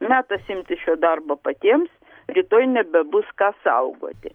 metas imtis šio darbo patiems rytoj nebebus ką saugoti